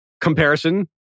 comparison